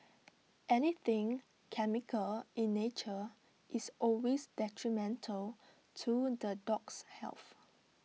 anything chemical in nature is always detrimental to the dog's health